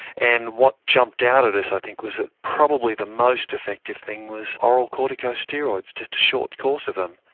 and what jumped out at us i think was that probably the most effective thing was oral corticosteroids, just a short course of them.